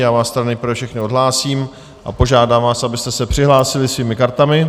Já vás tedy nejprve všechny odhlásím a požádám vás, abyste se přihlásili svými kartami.